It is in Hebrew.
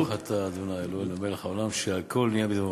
ברוך אתה ה' אלוהינו מלך העולם שהכול נהיה בדברו.